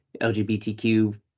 lgbtq